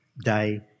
day